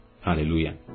hallelujah